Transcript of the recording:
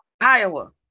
Iowa